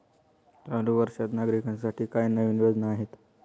चालू वर्षात नागरिकांसाठी काय नवीन योजना आहेत?